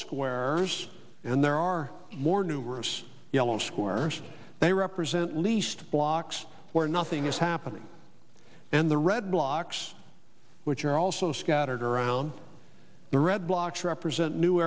square and there are more numerous yellow squares they represent least blocks where nothing is happening and the red blocks which are also scattered around the red blocks represent new